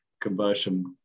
conversion